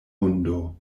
hundo